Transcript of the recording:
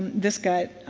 this guy